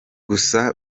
gusa